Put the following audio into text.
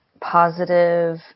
positive